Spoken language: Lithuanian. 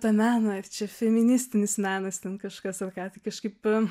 tą meną ar čia feministinis menas ten kažkas ar ką tai kažkaip